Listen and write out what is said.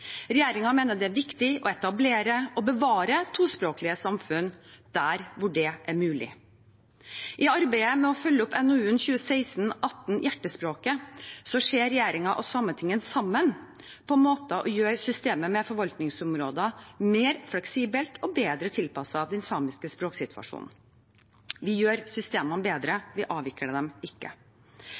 mener det er viktig å etablere og bevare tospråklige samfunn der hvor det er mulig. I arbeidet med å følge opp NOU 2016: 18, Hjertespråket, ser regjeringen og Sametinget sammen på måter å gjøre systemet med forvaltningsområdet mer fleksibelt og bedre tilpasset den samiske språksituasjonen. Vi gjør systemene bedre, vi avvikler dem ikke.